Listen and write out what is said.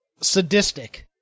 sadistic